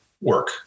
work